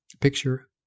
picture